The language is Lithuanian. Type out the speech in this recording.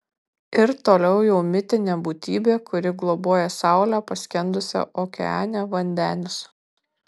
ir toliau jau mitinė būtybė kuri globoja saulę paskendusią okeane vandenis